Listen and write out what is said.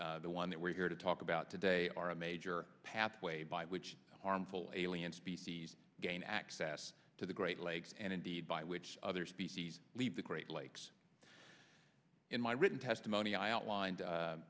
like the one that we're here to talk about today are a major pathway by which harmful alien species gain access to the great lakes and indeed by which other species leave the great lakes in my written testimony i outlined a